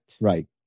Right